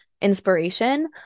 inspiration